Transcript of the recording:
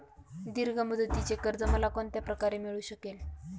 दीर्घ मुदतीचे कर्ज मला कोणत्या प्रकारे मिळू शकेल?